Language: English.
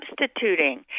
substituting